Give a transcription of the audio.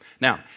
Now